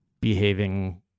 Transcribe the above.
behaving